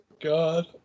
God